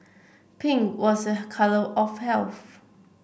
pink was a colour of health